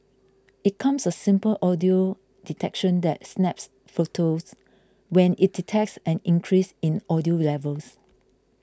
it comes a simple audio detection that snaps photos when it detects an increase in audio levels